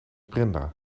brenda